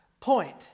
point